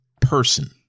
person